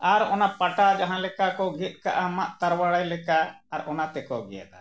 ᱟᱨ ᱚᱱᱟ ᱯᱟᱴᱟ ᱡᱟᱦᱟᱸ ᱞᱮᱠᱟ ᱠᱚ ᱜᱮᱫ ᱠᱟᱜᱼᱟ ᱢᱟᱜ ᱛᱟᱨᱣᱤ ᱞᱮᱠᱟ ᱟᱨ ᱚᱱᱟ ᱛᱮᱠᱚ ᱜᱮᱫᱟ